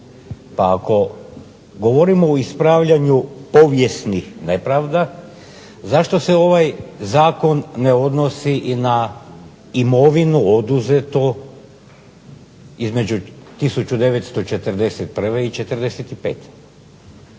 Pa ako govorimo o ispravljanju povijesnih nepravda zašto se ovaj Zakon ne odnosi i na imovinu oduzetu između 1941. i '45.